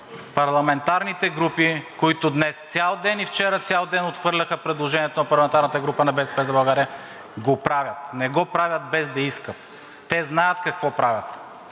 парламентарните групи, които днес цял ден и вчера цял ден отхвърляха предложението на парламентарната група на „БСП за България“, го правят. Не го правят, без да искат. Те знаят какво правят